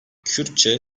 kürtçe